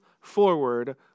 forward